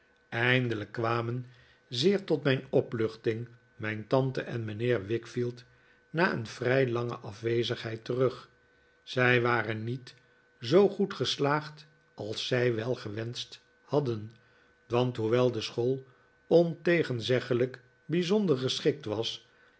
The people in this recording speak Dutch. eindelijk kwamen zeer tot mijn opluchting mijn tante en mijnheer wickfield na een vrij lange afwezigheid terug zij waren niet zoo goed geslaagd als zij wel gewenscht hadden want hoewel de school ontegenzeggelijk bijzonder geschikt was